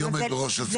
מי עומד בראש הצוות?